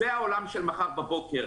זה העולם של מחר בבוקר,